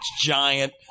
Giant